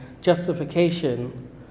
justification